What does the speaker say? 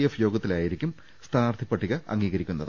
F യോഗത്തിലായിരിക്കും സ്ഥാനാർഥി പട്ടിക അംഗീകരി ക്കുന്നത്